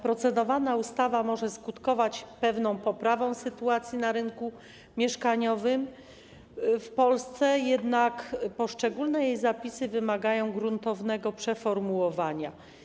Procedowana ustawa może skutkować pewną poprawą sytuacji na rynku mieszkaniowym w Polsce, jednak poszczególne jej zapisy wymagają gruntownego przeformułowania.